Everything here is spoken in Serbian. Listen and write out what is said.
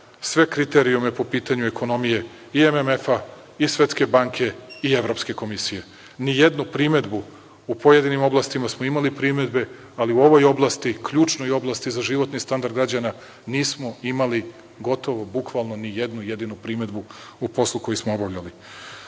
sve kriterijume po pitanju ekonomije i MMF-a i Svetske banke i Evropske komisije. Nijednu primedbu, u pojedinim oblastima smo imali primedbe, ali u ovoj oblasti, ključnoj oblasti za životni standard građana, nismo imali gotovo bukvalno ni jednu jedinu primedbu u poslu koji smo obavljali. Poglavlja